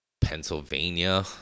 Pennsylvania